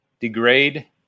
degrade